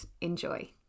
Enjoy